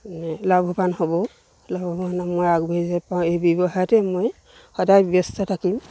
লাভৱান হ'ব লাভৱানত মই আগবঢ়ি যাব পাৰোঁ এই ব্যৱসায়তে মই সদায় ব্যস্ত থাকিম